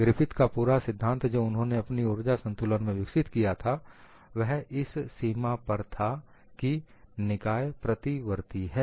Griffith का पूरा सिद्धांत जो उन्होंने अपनी ऊर्जा संतुलन में विकसित किया था वह इस सीमा पर था कि निकाय प्रतिवर्ती है